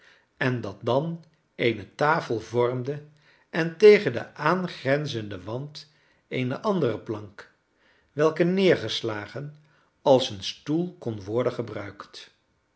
en dat dan eene tafel vormde en tegen den aangrenzenden wand eene andere plank welke neergeslagen als stoel kon worden gebruikt